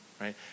right